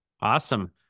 Awesome